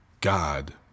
God